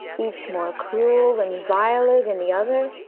each more cruel and viler than the other,